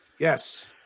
Yes